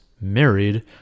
married